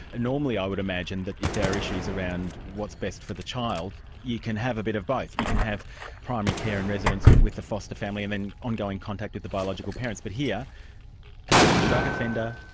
normally i would imagine that if there are issues around what's best for the child, you can have a bit of both. you can have primary care and residence with with the foster family and then ongoing contact with the biological parents, but here convicted drug offender,